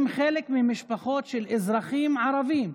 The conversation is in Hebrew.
הם חלק ממשפחות של אזרחים ערבים.